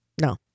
No